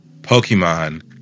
Pokemon